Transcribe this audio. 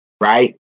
right